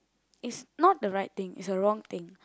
is not the right thing is a wrong thing